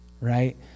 right